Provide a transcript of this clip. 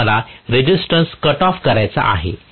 तर मला resistance cut off करण्याचा आहे